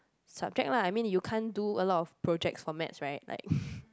subject lah I mean you can't do a lot of projects for maths right like